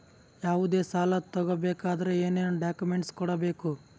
ಯಾವುದೇ ಸಾಲ ತಗೊ ಬೇಕಾದ್ರೆ ಏನೇನ್ ಡಾಕ್ಯೂಮೆಂಟ್ಸ್ ಕೊಡಬೇಕು?